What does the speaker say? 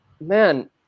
man